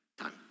time